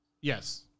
Yes